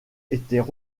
étaient